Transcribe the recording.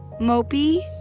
mopey,